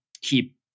keep